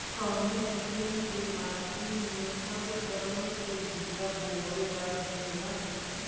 कवने किसीम के माटी में सब तरह के बिया बोवल जा सकेला?